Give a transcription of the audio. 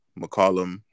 McCollum